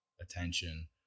attention